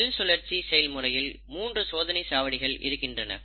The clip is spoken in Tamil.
ஆக செல் சுழற்சி செயல்முறையில் மூன்று சோதனை சாவடிகள் இருக்கின்றன